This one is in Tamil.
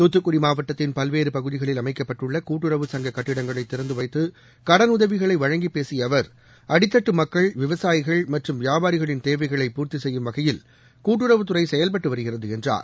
தாத்துக்குடி மாவட்டத்தின் பல்வேறு பகுதிகளில் அமைக்கப்பட்டுள்ள கூட்டுறவு சங்க கட்டங்களை திறந்து வைத்து கடன் உதவிகளை வழங்கிப் பேசிய அவர் அடித்தட்டு மக்கள் விவசாயிகள் மற்றும் வியாபாரிகளின் தேவைகளை பூர்த்தி செய்யும் வகையில் கூட்டுறவுத்துறை செயல்பட்டு வருகிறது என்றார்